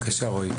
בבקשה, רועי.